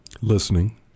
Listening